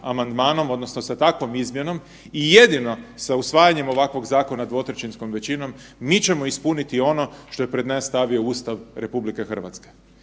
amandmanom odnosno sa takvom izmjenom i jedino sa usvajanjem ovakvog zakona dvotrećinskom većinom mi ćemo ispuniti ono što je pred nas stavio Ustav RH.